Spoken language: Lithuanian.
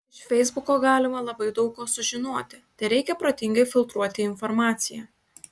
iš feisbuko galima labai daug ko sužinoti tereikia protingai filtruoti informaciją